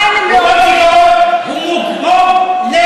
בנער בורח,